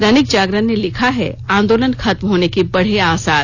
दैनिक जागरण ने लिखा है आंदोलन खत्म होने के बढ़े आसार